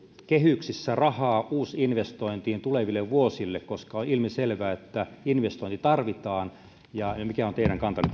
kehyksessä rahaa uusinvestointiin tuleville vuosille koska on ilmiselvää että investointi tarvitaan mikä on teidän kantanne